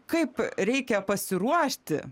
kaip reikia pasiruošti